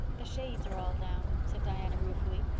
the shades are all down, said diana ruefully.